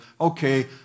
okay